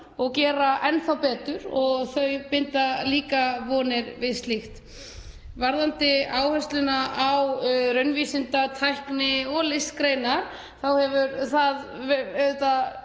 og gera enn þá betur og þau binda líka vonir við slíkt. Varðandi áhersluna á raunvísinda-, tækni- og listgreinar þá hefur hún